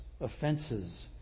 offenses